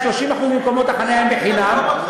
30% ממקומות החניה הם חינם.